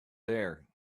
there